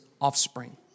offspring